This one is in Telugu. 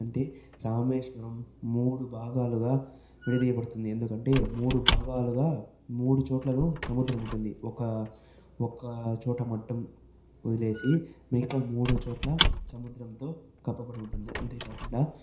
అంటే రామేశ్వరం మూడు భాగాలుగా విడదీయబడుతుంది ఎందుకంటే మూడు భాగాలుగా మూడు చోట్లను సముద్రం ఉంటుంది ఒక ఒక చోట మట్టం వదిలేసి మిగత మూడు చోట్ల సముద్రంతో కప్పబడి ఉంటుంది అంతే కాకుండా